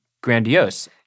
grandiose